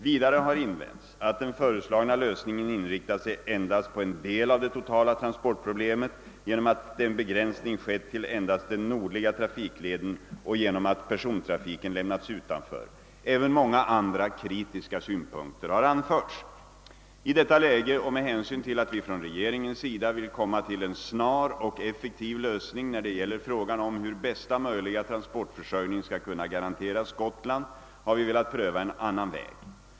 Vidare har invänts, att den föreslagna lösningen inriktat sig endast på en del av det totala transportproblemet genom att en begränsning skett till endast den nordliga trafikleden och genom att persontrafiken lämnats utanför. Även många andra kritiska synpunkter har anförts. I detta läge och med hänsyn till att vi från regeringens sida vill komma till en snar och effektiv lösning när det gäller frågan om hur bästa möjliga transportförsörjning skall kunna garanteras Gotland har vi velat pröva en annan väg.